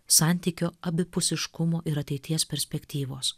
santykio abipusiškumo ir ateities perspektyvos